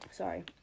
Sorry